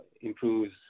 improves